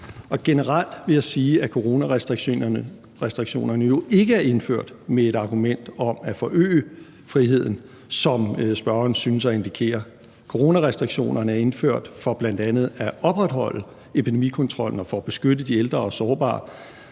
Generelt vil jeg sige, at coronarestriktionerne jo ikke er indført med et argument om at forøge friheden, som spørgeren synes at indikere. Coronarestriktionerne er indført for bl.a. at opretholde epidemikontrollen og for at beskytte de ældre og sårbare